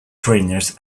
trainers